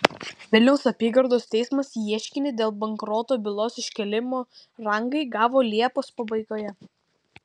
vilniaus apygardos teismas ieškinį dėl bankroto bylos iškėlimo rangai gavo liepos pabaigoje